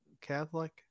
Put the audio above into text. Catholic